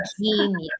genius